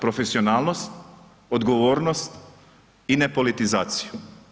Profesionalnost, odgovornost i nepolitizaciju.